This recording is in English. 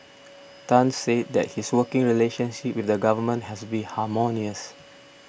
Tan said that his working relationship with the Government has been harmonious